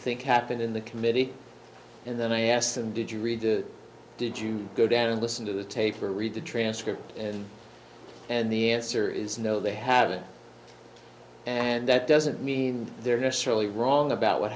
think happened in the committee and then i asked them did you read the did you go down and listen to the tape or read the transcript and the answer is no they haven't and that doesn't mean they're necessarily wrong about what